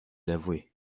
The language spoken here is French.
l’avouer